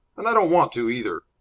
and i don't want to either.